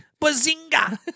Bazinga